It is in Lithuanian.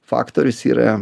faktorius yra